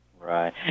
Right